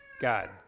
God